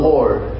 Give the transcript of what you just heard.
Lord